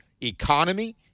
economy